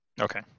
Okay